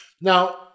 Now